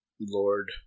Lord